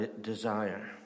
desire